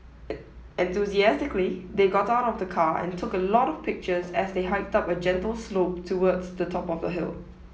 enthusiastically they got out of the car and took a lot of pictures as they hiked up a gentle slope towards the top of the hill